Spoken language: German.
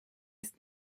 ist